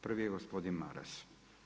Prvi je gospodin Maras.